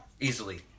Easily